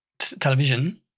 Television